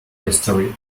history